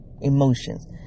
emotions